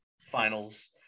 finals